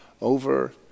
over